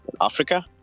Africa